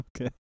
Okay